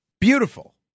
beautiful